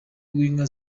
w’inka